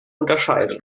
unterscheiden